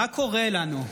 מה קורה לנו?